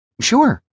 Sure